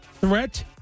threat